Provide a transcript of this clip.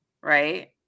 Right